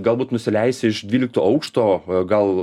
galbūt nusileisi iš dvylikto aukšto o gal